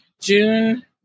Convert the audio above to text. June